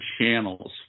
channels